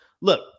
look